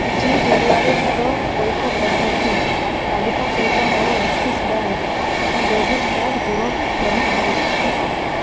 ଜୀ ଜରିଆରେ ମୋର ପଇଠ ପଦ୍ଧତି ତାଲିକା ସହିତ ମୋ ଆକ୍ସିସ୍ ବ୍ୟାଙ୍କ୍ ଡେବିଟ୍ କାର୍ଡ଼୍ ଯୋଗ କରିପାରିବ